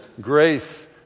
grace